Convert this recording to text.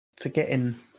forgetting